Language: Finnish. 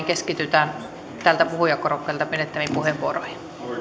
keskitytään täältä puhujakorokkeelta pidettäviin puheenvuoroihin